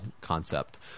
concept